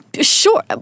Sure